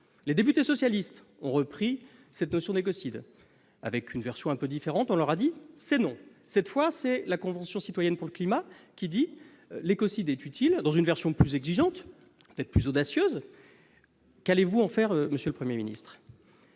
Des députés socialistes ont repris cette notion d'écocide, dans une version quelque peu différente. On leur a répondu :« C'est non !» Cette fois, c'est la Convention citoyenne pour le climat qui déclare l'écocide utile, dans une version plus exigeante et peut-être plus audacieuse. Qu'allez-vous faire, monsieur le Premier ministre ?